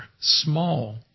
small